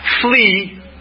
flee